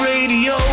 Radio